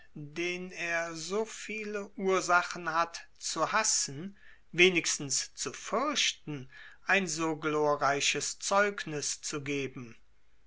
den er so viele ursachen hat zu hassen wenigstens zu fürchten ein so glorreiches zeugnis zu geben